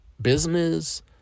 business